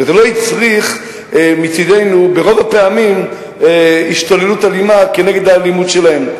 וזה לא הצריך מצדנו ברוב הפעמים השתוללות אלימה כנגד האלימות שלהם.